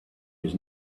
his